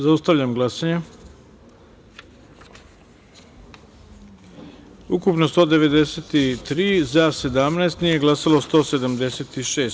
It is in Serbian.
Zaustavljam glasanje: ukupno je glasalo 193, za – 17, nije glasalo – 176.